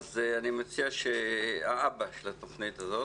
אני מציע שהאבא של התוכנית הזאת,